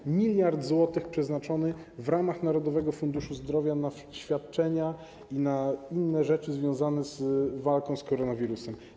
1 mld zł przeznaczony w ramach Narodowego Funduszu Zdrowia na świadczenia i na inne rzeczy związane z walką z koronawirusem.